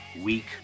week